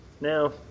now